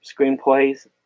screenplays